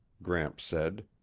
gramps said.